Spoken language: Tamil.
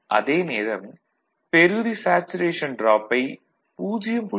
அதே நேரம் பெறுதி சேச்சுரேஷன் டிராப்பை 0